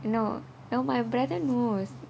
no no my brother knows